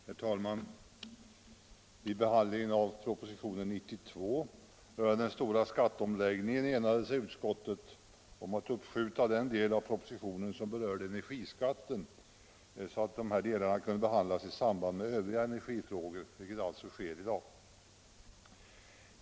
Herr talman! Vid behandlingen av propositionen 92 rörande den stora skatteomläggningen enades utskottet om att uppskjuta den del av propositionen som berörde energiskatten så att den delen kunde behandlas i samband med övriga energifrågor, vilket alltså sker i dag.